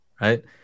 right